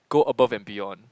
go above and beyond